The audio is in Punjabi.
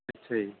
ਅੱਛਾ ਜੀ